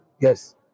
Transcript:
Yes